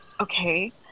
Okay